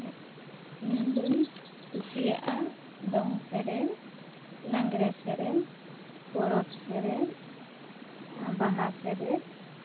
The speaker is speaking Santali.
ᱤᱧ ᱫᱩᱧ ᱠᱩᱥᱤᱭᱟᱜ ᱟ ᱫᱚᱝ ᱥᱮᱨᱮᱧ ᱞᱟᱜᱽᱬᱮᱸ ᱥᱮᱨᱮᱧ ᱯᱚᱨᱚᱵᱽ ᱥᱮᱨᱮᱧ ᱵᱟᱦᱟ ᱥᱮᱨᱮᱧ